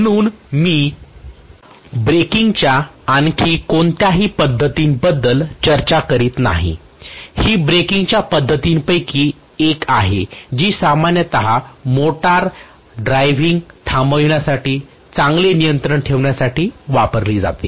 म्हणून मी ब्रेकिंगच्या आणखी कोणत्याही पद्धतींबद्दल चर्चा करीत नाही हि ब्रेकिंगच्या पद्धतींपैकी एक आहे जी सामान्यत मोटार ड्राईव्हिंग थांबविण्यासाठी चांगले नियंत्रण ठेवण्यासाठी वापरली जाते